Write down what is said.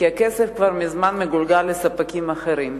כי הכסף כבר מזמן מגולגל לספקים אחרים.